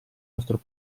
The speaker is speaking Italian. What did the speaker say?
nostro